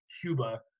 Cuba